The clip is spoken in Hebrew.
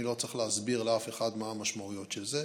אני לא צריך להסביר לאף אחד מה המשמעויות של זה.